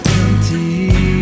empty